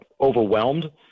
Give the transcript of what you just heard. overwhelmed